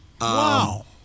Wow